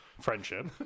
friendship